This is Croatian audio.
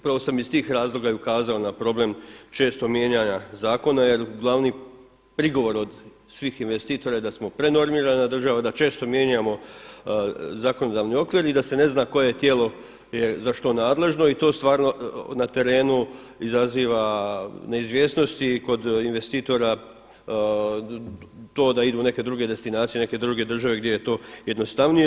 Prvo sam i iz tih razloga ukazao na problem čestog mijenjanja zakona jer glavni prigovor od svih investitora je da smo prenormirana država, da često mijenjamo zakonodavni okvir i da se ne zna koje tijelo je za što nadležno i to stvarno na terenu izaziva neizvjesnost i kod investitora to da idu u neke druge destinacije u neke druge države gdje je to jednostavnije.